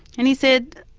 and he said,